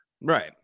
Right